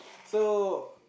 so